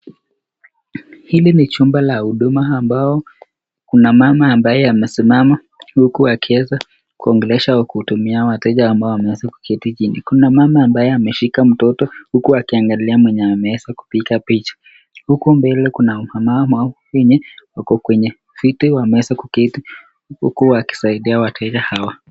Hili ni chumba la huduma ambao kuna mama ambaye amesimama huku akiweza kuongelesha kuhudumia wateja ambao wameweza kuketi chini, kuna mama ambaye ameshika mtoto huku akiangalia mwenye ameweza kupiga picha, huko mbele kuna wamama wenye wako kwenye viti wameeza kuketi huku wakisaidia wateja hawa.